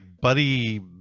buddy